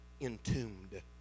entombed